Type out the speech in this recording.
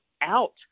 out